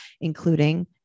including